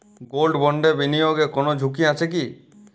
Gold বন্ডে বিনিয়োগে কোন ঝুঁকি আছে কি?